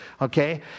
okay